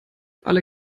alle